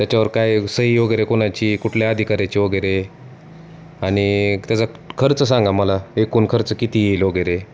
त्याच्यावर काय सही वगैरे कोणाची कुठल्या अधिकाऱ्याची वगैरे आणि त्याचा खर्च सांगा मला एकून खर्च किती येईल वगैरे